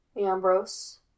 Ambrose